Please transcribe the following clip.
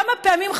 כמה פעמים,